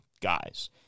guys